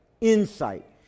insight